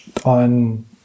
on